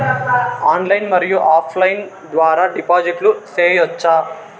Online మరియు offline ద్వారా డిపాజిట్లు సేయొచ్చా?